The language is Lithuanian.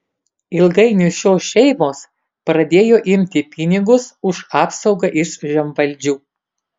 ilgainiui šios šeimos pradėjo imti pinigus už apsaugą iš žemvaldžių